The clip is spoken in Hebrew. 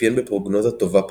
מתאפיין בפרוגנוזה טובה פחות.